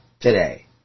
today